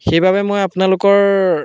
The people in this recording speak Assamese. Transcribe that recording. সেইবাবে মই আপোনালোকৰ